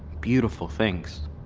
beautiful things.